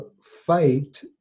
fight